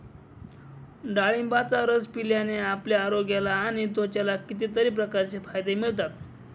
डाळिंबाचा रस पिल्याने आपल्या आरोग्याला आणि त्वचेला कितीतरी प्रकारचे फायदे मिळतात